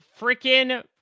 Freaking